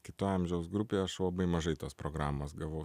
kitoj amžiaus grupėj aš labai mažai tos programos gavau